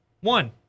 One